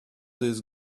this